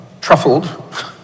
truffled